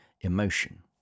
emotion